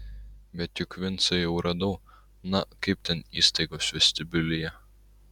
bet juk vincą jau radau na kaip ten įstaigos vestibiulyje